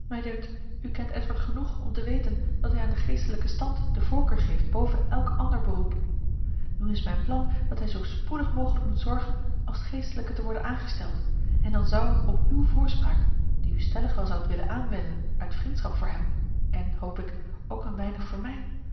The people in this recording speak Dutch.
u kent edward genoeg om te weten dat hij aan den geestelijken stand de voorkeur geeft boven elk ander beroep nu is mijn plan dat hij zoo spoedig mogelijk moet zorgen als geestelijke te worden aangesteld en dan zou op uwe voorspraak die u stellig wel zoudt willen aanwenden uit vriendschap voor hem en hoop ik ook een weinig voor mij